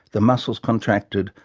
the muscles contracted,